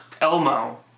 Elmo